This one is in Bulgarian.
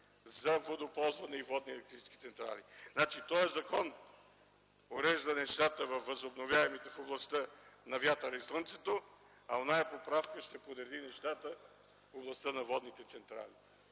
за водоползване и водноелектрически централи. Този закон урежда нещата във възобновяемите – в областта на вятъра и слънцето, а онази поправка ще подреди нещата в областта на водните централи.